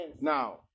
Now